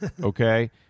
okay